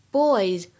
boys